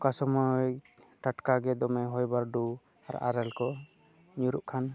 ᱚᱠᱟ ᱥᱚᱢᱚᱭ ᱴᱟᱴᱠᱟ ᱜᱮ ᱫᱚᱢᱮ ᱦᱚᱭ ᱵᱟᱹᱨᱰᱩ ᱟᱨ ᱟᱨᱮᱞ ᱠᱚ ᱧᱩᱨᱩᱜ ᱠᱷᱟᱱ